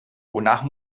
wonach